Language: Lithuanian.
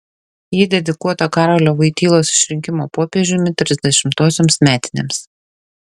ji dedikuota karolio vojtylos išrinkimo popiežiumi trisdešimtosioms metinėms